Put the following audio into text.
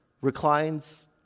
reclines